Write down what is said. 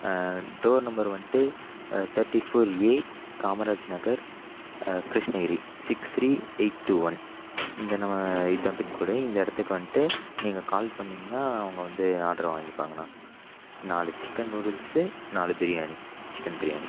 door number வந்ட்டு thirty four A Kamaraj Nagar Krishnagiri six three eight two one இந்த இதான் pincode இந்த இடத்துக்கு வந்துட்டு நீங்கள் கால் பண்ணிங்னா அவங்க வந்து ஆடரை வாங்கிப்பாங்கண்ணா நாலு சிக்கன் நூடுல்ஸ்ஸு நாலு பிரியாணி சிக்கன் பிரியாணி